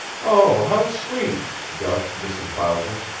oh, how sweet! gushed mrs. bowser.